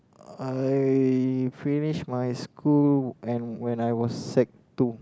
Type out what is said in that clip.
I finish my school and when I was sec two